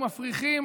ומפריחים